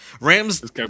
Rams